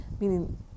Meaning